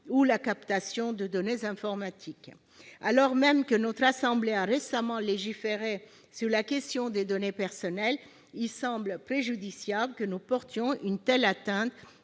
ou la captation de données informatiques. Alors même que notre assemblée a récemment légiféré sur la question des données personnelles, il semble préjudiciable que nous portions une telle atteinte